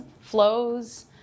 flows